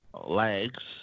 legs